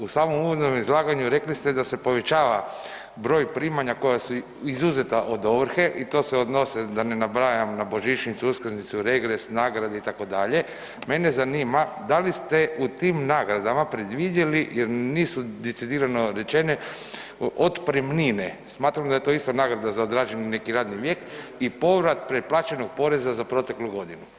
U samom uvodnom izlaganju rekli ste da se povećava broj primanja koja su izuzeta od ovrhe i to se odnose da ne nabrajam, na božićnicu, uskrsnicu, regres, nagrade itd., mene zanima da li ste u tim nagradama predvidjeli, jer nisu decidirano rečeno, otpremnine, smatram da je isto nagrada za odrađeni neki radni vijek i povrat pretplaćenog poreza za proteklu godinu?